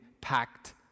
packed